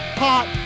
hot